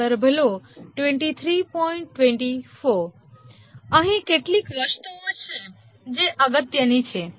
અહીં કેટલીક વસ્તુઓ છે જે અગત્યની છે